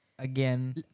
Again